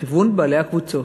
לכיוון בעלי הקבוצות.